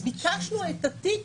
אז ביקשנו את תיק